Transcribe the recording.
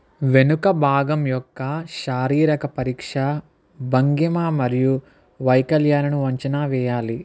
వెనుక భాగం యొక్క శారీరక పరీక్ష భంగిమ మరియు వైకల్యాలను అంచనా వేయాలి